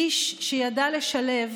איש שידע לשלב